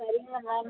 சரிங்க மேம்